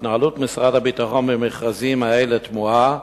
התנהלות משרד הביטחון במכרזים האלה תמוהה.